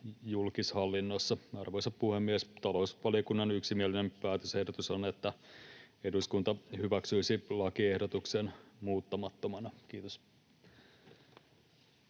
julkishallinnossa. Arvoisa puhemies! Talousvaliokunnan yksimielinen päätösehdotus on, että eduskunta hyväksyisi lakiehdotuksen muuttamattomana. — Kiitos.